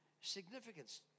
significance